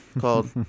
called